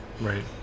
Right